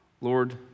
Lord